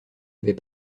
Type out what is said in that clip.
avait